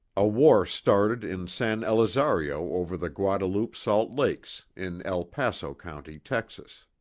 a war started in san elizario over the guadalupe salt lakes, in el paso county, texas.